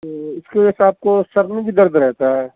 تو اس لیے آپ کو سر میں بھی درد رہتا ہے